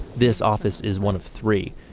this office is one of three.